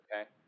Okay